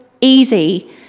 easy